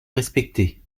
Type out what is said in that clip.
respecté